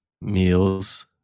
meals